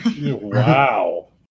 Wow